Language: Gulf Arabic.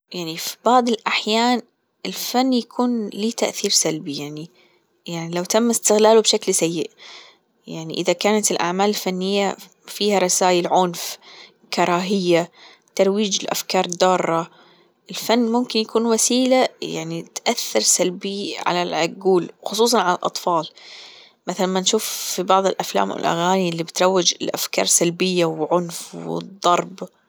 يعني في بعض الأحيان الفن يكون له تأثير سلبي يعني، يعني لو تم إستغلاله بشكل سيء، يعني إذا كانت الأعمال الفنية فيها رسايل عنف كراهية ترويج لأفكار ضارة الفن ممكن يكون وسيلة يعني تأثر سلبي على العجول خصوصا على الأطفال مثلا ما نشوف في بعض الأفلام والأغاني اللي بتروج لأفكار سلبية وعنف والضرب.